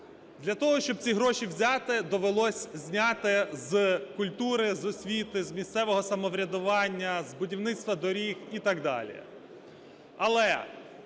Для того, щоб ці гроші взяти, довелося зняти з культури, з освіти, з місцевого самоврядування, з будівництва доріг і так далі.